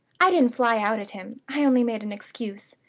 i didn't fly out at him i only made an excuse.